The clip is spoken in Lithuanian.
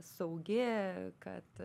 saugi kad